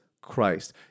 Christ